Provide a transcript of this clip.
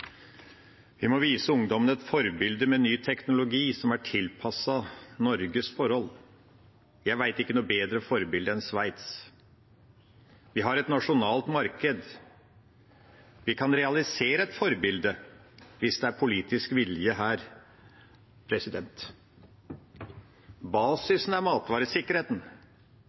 Vi må vise ungdommen et forbilde med ny teknologi som er tilpasset Norges forhold. Jeg vet ikke noe bedre forbilde enn Sveits. Vi har et nasjonalt marked. Vi kan realisere et forbilde hvis det er politisk vilje her. Basisen er matvaresikkerheten.